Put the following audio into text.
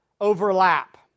overlap